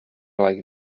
like